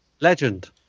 Legend